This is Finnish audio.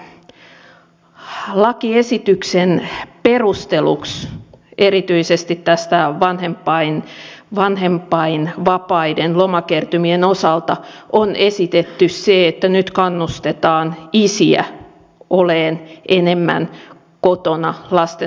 lakiesityksen perusteluksi erityisesti näiden vanhempainvapaiden lomakertymien osalta on esitetty se että nyt kannustetaan isiä olemaan enemmän kotona lastensa kanssa